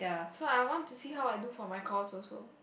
so I want to see how I do for my course also